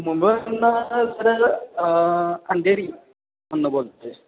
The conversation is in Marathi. मुंबईवरुन सर अंधेरीमधून बोलतो आहे